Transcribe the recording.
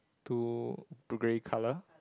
two two grey colour